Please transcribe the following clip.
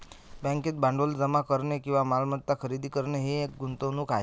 बँकेत भांडवल जमा करणे किंवा मालमत्ता खरेदी करणे ही एक गुंतवणूक आहे